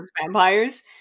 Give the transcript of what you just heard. vampires